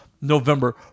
November